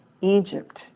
Egypt